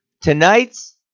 Tonight's